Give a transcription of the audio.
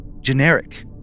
generic